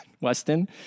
Weston